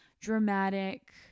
dramatic